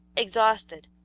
exhausted,